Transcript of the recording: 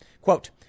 Quote